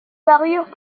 parurent